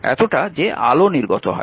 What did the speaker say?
এতটা যে আলো নির্গত হয়